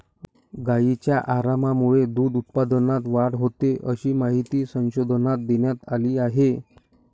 गायींच्या आरामामुळे दूध उत्पादनात वाढ होते, अशी माहिती संशोधनात देण्यात आली आहे